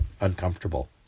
uncomfortable